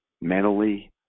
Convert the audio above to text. Mentally